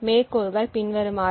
நன்றி